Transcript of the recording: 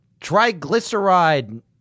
triglyceride